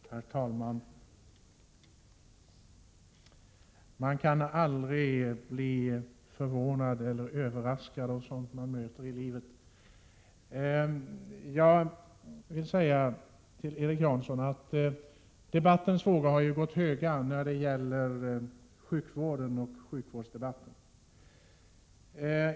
Herr talman! Man upphör aldrig att bli förvånad över eller överraskad av sådant man möter i livet. Jag vill säga till Erik Janson att debattens vågor har gått höga när det gäller sjukvården.